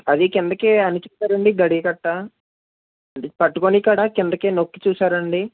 అది కిందకి అలికి ఇస్తారా అండి గడీ కట్టా పట్టుకొని కాడా కిందకి నొక్కి చూసారా అండి